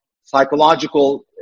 psychological